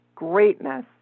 greatness